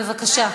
בבקשה.